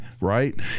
right